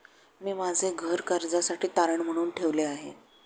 मी माझे घर कर्जासाठी तारण म्हणून ठेवले आहे